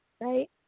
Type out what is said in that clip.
right